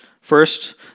First